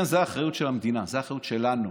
זו האחריות של המדינה, זו האחריות שלנו.